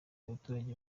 abaturage